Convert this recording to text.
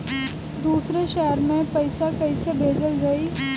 दूसरे शहर में पइसा कईसे भेजल जयी?